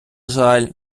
жаль